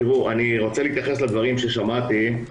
תראו, אני רוצה להתייחס לדברים ששמעתי כי